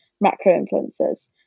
macro-influencers